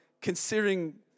considering